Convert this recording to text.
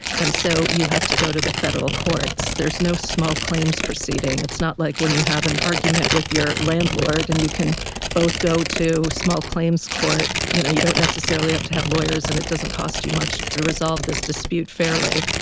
and so you have to go to the federal courts. there's no small claims proceeding, it's not like when you have an argument with your landlord and you can both go to small claims court. you know, you don't necessarily have to have lawyers, and it doesn't cost you much to to resolve this dispute fairly.